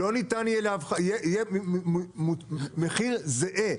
יהיה מחיר זהה,